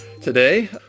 today